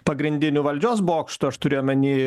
pagrindinių valdžios bokštų aš turiu omeny